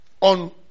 on